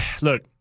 look